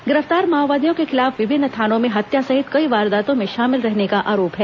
गिरफ्तार माओवादियों के खिलाफ विभिन्न थानों में हत्या सहित कई वारदातों में शामिल रहने का आरोप है